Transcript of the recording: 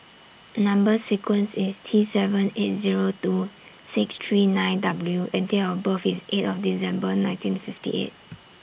Number sequence IS T seven eight Zero two six three nine W and Date of birth IS eight of December nineteen fifty eight